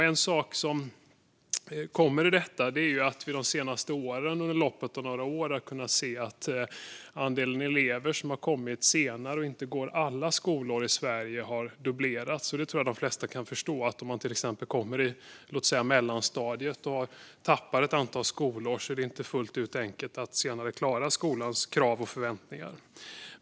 En sak som lett till detta är att vi den senaste tiden under loppet av några år kunnat se att andelen elever som kommit senare och inte går alla skolår i Sverige har dubblerats. Jag tror att de flesta kan förstå att om man till exempel kommer i mellanstadiet och har tappat ett antal skolår är det inte fullt ut enkelt att senare klara skolans krav och förväntningar.